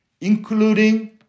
Including